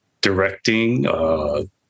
directing